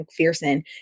McPherson